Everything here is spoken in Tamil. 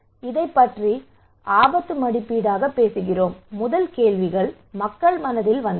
எனவே இதைப் பற்றி ஆபத்து மதிப்பீடாகப் பேசுகிறோம் முதல் கேள்விகள் மக்கள் மனதில் வந்தன